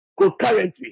concurrently